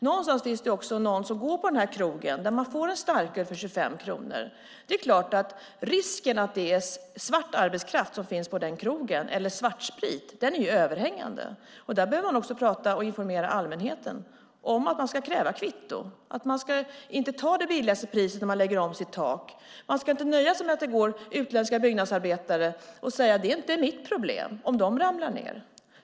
Någonstans finns det någon som går på den här krogen där man får en starköl för 25 kronor. Det är klart att risken att det finns svart arbetskraft eller svartsprit på den krogen är överhängande. Vi behöver också prata med och informera allmänheten om att man ska kräva kvitto, inte ta det billigaste priset när man lägger om sitt tak och inte nöja sig med att det är utländska byggnadsarbetare och säga att det inte är mitt problem om de ramlar ned.